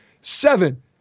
seven